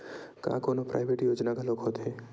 का कोनो प्राइवेट योजना घलोक होथे?